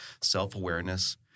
self-awareness